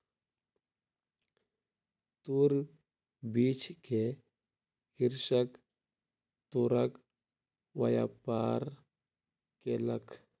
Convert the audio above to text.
तूर बीछ के कृषक तूरक व्यापार केलक